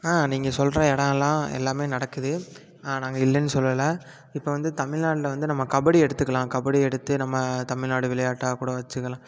ஆ நீங்க சொல்கிற இடோம் எல்லாம் எல்லாமே நடக்குது நாங்கள் இல்லைன்னு சொல்லலை இப்போ வந்து தமிழ்நாடுல வந்து நம்ம கபடி எடுத்துக்கலாம் கபடி எடுத்து நம்ம தமிழ்நாடு விளையாட்டாக கூட வெச்சுக்கலாம்